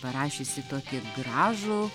parašiusi tokį gražų